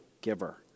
giver